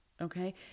Okay